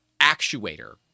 actuator